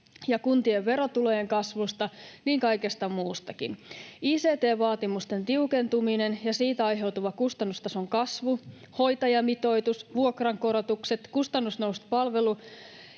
ja kuntien verotulojen kasvusta myös kaikesta muusta. Ict-vaatimusten tiukentuminen ja siitä aiheutuva kustannustason kasvu, hoitajamitoitus, vuokrankorotukset, kustannusnousu palvelu-,